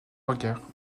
regard